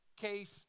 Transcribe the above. Case